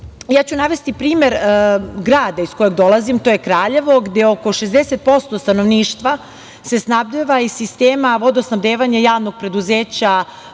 samouprave. Navešću primer grada iz kojeg dolazim, to je Kraljevo, gde oko 60% stanovništva se snabdeva iz sistema vodosnabdevanja Javno komunalnog preduzeća